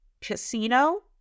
Casino